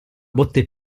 botte